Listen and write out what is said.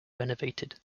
renovated